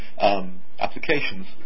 applications